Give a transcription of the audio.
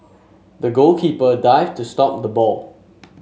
the goalkeeper dived to stop the ball